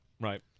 Right